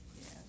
Yes